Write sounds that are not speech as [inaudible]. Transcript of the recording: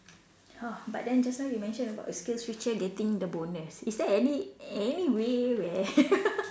oh but then just now you mentioned about SkillsFuture getting the bonus is there any any way where [laughs]